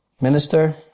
Minister